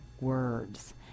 words